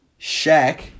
Shaq